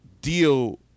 deal